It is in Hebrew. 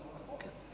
נכון.